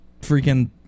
freaking